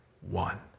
One